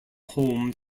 home